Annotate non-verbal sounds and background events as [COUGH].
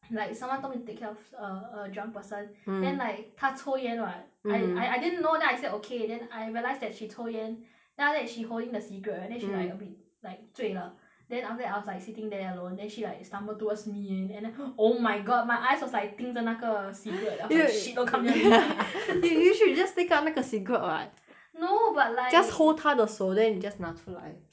like someone told me take care of a a drunk person mm then like 她抽烟 [what] mm I I didn't know then I said okay then I realised that she 抽烟 then after that she holding the cigarette mm then she like a bit like 醉了 then after that I was like sitting there alone then she like stumbled towards me eh and then oh my god my eyes was like 盯着那个 cigarette then I was like shit you~ don't come near me [LAUGHS] you~ you should just take out 那个 cigarette [what] no but like just hold 她的手 then 你 just 你拿出来